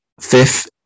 fifth